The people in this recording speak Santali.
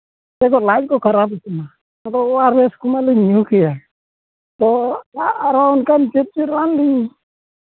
ᱟᱫᱚ ᱞᱟᱡ ᱠᱚ ᱠᱷᱟᱨᱟᱯ ᱜᱮᱛᱤᱧᱟ ᱟᱫᱚ ᱚᱣᱟᱨᱮᱥ ᱠᱚᱢᱟᱞᱤᱧ ᱧᱩ ᱠᱮᱭᱟ ᱟᱨᱦᱚ ᱚᱱᱠᱟᱱ ᱪᱮᱫ ᱪᱮᱫ ᱨᱟᱱ ᱞᱤᱧ